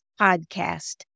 podcast